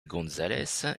gonzález